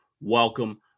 welcome